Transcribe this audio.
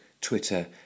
Twitter